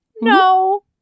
No